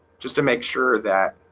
just to make sure that